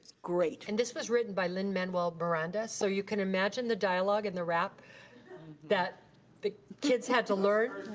great. and this was written by lin-manuel miranda, so you could imagine the dialogue and the rap that the kids had to learn.